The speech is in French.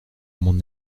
mon